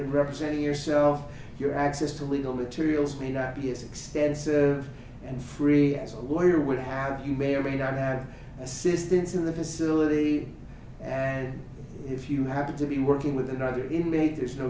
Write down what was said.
representing yourself your access to legal materials mean obviously extensive and free as a lawyer would have you may or may not have assistance in the facility and if you happen to be working with another inmate there's no